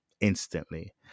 instantly